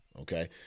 okay